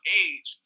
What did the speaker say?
age